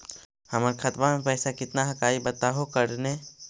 हमर खतवा में पैसा कितना हकाई बताहो करने?